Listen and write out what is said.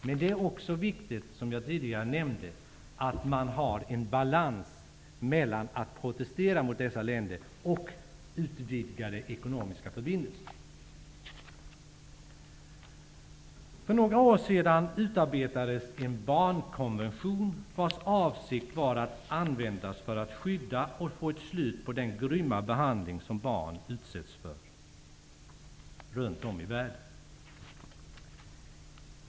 Men det är också viktigt, som jag tidigare nämnde, att det finns en balans mellan att protestera mot dessa länder och utvidga ekonomiska förbindelser. För några år sedan utarbetades en barnkonvention. Avsikten var att använda den för att skydda och få ett slut på den grymma behandling som barn utsätts för runt om i världen.